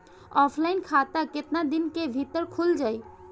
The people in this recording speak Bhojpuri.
ऑफलाइन खाता केतना दिन के भीतर खुल जाई?